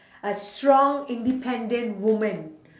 a strong independent woman